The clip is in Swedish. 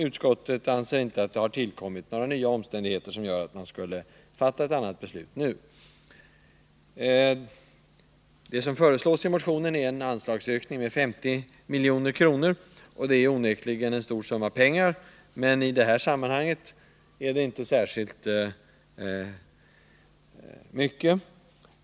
Utskottet anser inte att det har tillkommit några nya omständigheter som gör att man skulle fatta ett annat beslut nu. Vad som föreslås i motionen är en anslagsökning med 50 milj.kr. Det är onekligen en stor summa pengar, men i det här sammanhanget är det inte särskilt mycket.